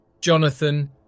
Jonathan